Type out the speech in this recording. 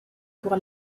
pour